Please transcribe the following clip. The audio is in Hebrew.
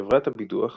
חברת הביטוח